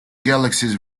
galaxies